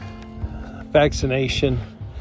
vaccination